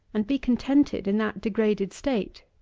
and be contented in that degraded state?